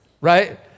right